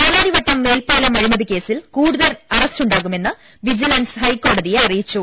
പാലാരിവട്ടം മേൽപ്പാലം അഴിമതി കേസിൽ കൂടുതൽ അറ സ്റ്റുണ്ടാകുമെന്ന് വിജിലൻസ് ഹൈക്കോടതിയെ അറിയിച്ചു